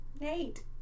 Nate